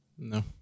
No